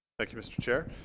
thank you mr. chair